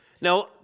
Now